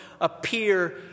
appear